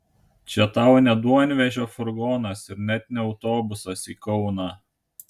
čia tau ne duonvežio furgonas ir net ne autobusas į kauną